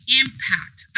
impact